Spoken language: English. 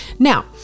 Now